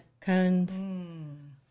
cones